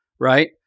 right